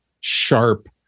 sharp